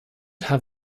have